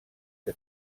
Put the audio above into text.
que